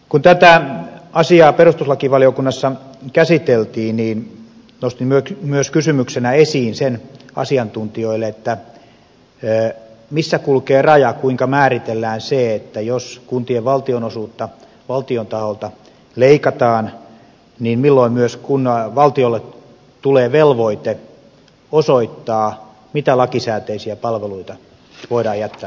kun tätä asiaa perustuslakivaliokunnassa käsiteltiin niin nostin myös kysymyksenä esiin sen asiantuntijoille missä kulkee raja kuinka määritellään se jos kuntien valtionosuutta valtion taholta leikataan milloin myös valtiolle tulee velvoite osoittaa mitä lakisääteisiä palveluita voidaan jättää toteuttamatta